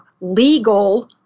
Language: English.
legal